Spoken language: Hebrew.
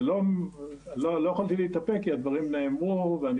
לא יכולתי להתאפק כי הדברים נאמרו ואני